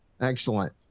excellent